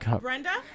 Brenda